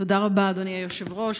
תודה רבה, אדוני היושב-ראש.